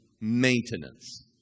maintenance